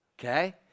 okay